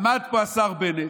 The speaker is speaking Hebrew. עמד פה השר בנט,